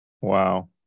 Wow